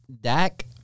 Dak